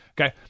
Okay